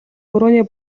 өрөөний